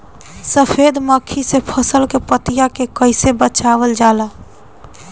सफेद मक्खी से फसल के पतिया के कइसे बचावल जाला?